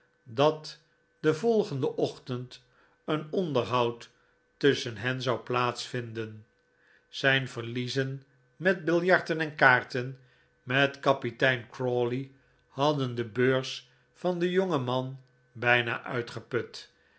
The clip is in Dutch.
dat den volgenden ochtend een onderhoud tusschen hen zou plaatsvinden zijn verliezen met biljarten en kaarten met kapitein crawley hadden de beurs van den jongen man bijna uitgeput